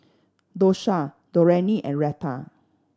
Dosha Dorene and Retta